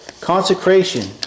consecration